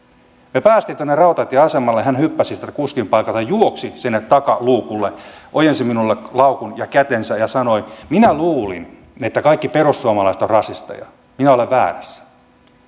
me pääsimme tuonne rautatieasemalle hän hyppäsi kuskin paikalta juoksi sinne takaluukulle ojensi minulle laukun ja kätensä ja sanoi minä luulin että kaikki perussuomalaiset ovat rasisteja minä olin väärässä